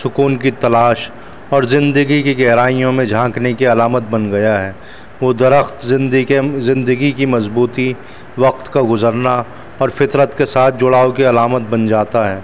سکون کی تلاش اور زندگی کی گہرائیوں میں جھانکنے کی علامت بن گیا ہے وہ درخت زند زندگی کی مضبوطی وقت کا گزرنا اور فطرت کے ساتھ جڑاؤ کے علامت بن جاتا ہے